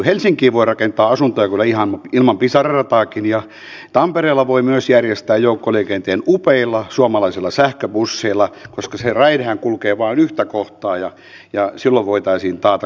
helsinkiin voi rakentaa asuntoja kyllä ihan ilman pisara rataakin ja tampereella voi myös järjestää joukkoliikenteen upeilla suomalaisilla sähköbusseilla koska se raidehan kulkee vain yhtä kohtaa ja silloin voitaisiin taata koko kaupungin joukkoliikenne